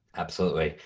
absolutely.